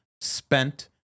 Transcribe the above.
spent